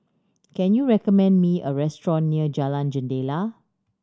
can you recommend me a restaurant near Jalan Jendela